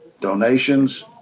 donations